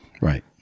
Right